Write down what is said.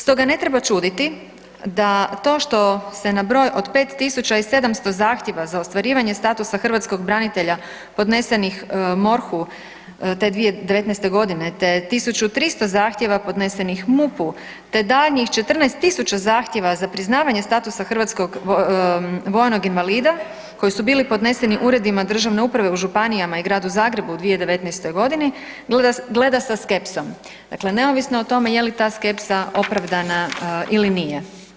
Stoga ne treba čuditi da to što se na broj od 5.700 zahtjeva za ostvarivanje statusa hrvatskog branitelja podnesenih MORH-u te 2019.g., te 1.300 zahtjeva podnesenih MUP-u, te daljnjih 14.000 zahtjeva za priznavanje statusa hrvatskog vojnog invalida koji su bili podneseni uredima državne uprave u županijama i Gradu Zagrebu u 2019.g. gleda sa skepsom, dakle neovisno o tome je li ta skepsa opravdana ili nije.